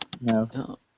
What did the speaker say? No